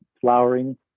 flowering